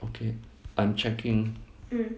okay I'm checking